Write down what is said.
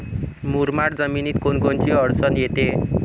मुरमाड जमीनीत कोनकोनची अडचन येते?